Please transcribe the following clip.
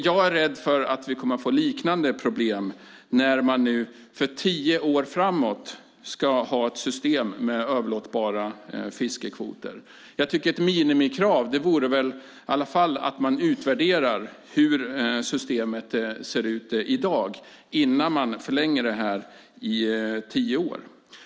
Jag är rädd för att vi kommer att få liknande problem när man nu för tio år framåt ska ha ett system med överlåtbara fiskekvoter. Jag tycker att ett minimikrav vore att man utvärderar hur systemet ser ut i dag innan man förlänger det i tio år.